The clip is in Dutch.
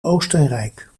oostenrijk